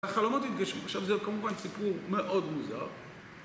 החלומות התגשמו, עכשיו זה כמובן סיפור מאוד מוזר.